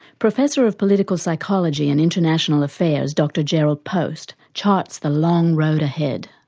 professor of political psychology and international affairs dr jerrold post charts the long road ahead.